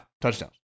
touchdowns